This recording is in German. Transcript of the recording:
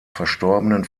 verstorbenen